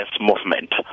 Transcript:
movement